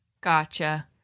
gotcha